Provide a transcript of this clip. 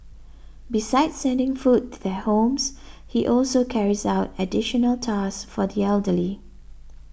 besides sending food to their homes he also carries out additional tasks for the elderly